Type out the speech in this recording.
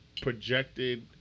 projected